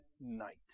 night